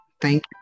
Thank